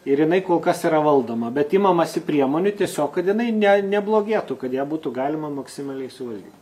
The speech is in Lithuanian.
ir jinai kol kas yra valdoma bet imamasi priemonių tiesiog kad jinai ne neblogėtų kad ją būtų galima maksimaliai suvaldyt